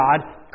God